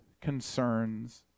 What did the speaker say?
concerns